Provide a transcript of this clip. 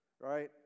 right